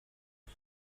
على